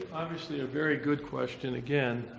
obviously a very good question, again.